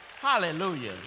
Hallelujah